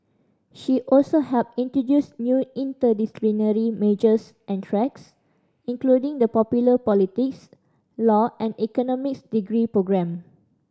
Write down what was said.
she also helped introduce new interdisciplinary majors and tracks including the popular politics law and economics degree programme